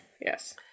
yes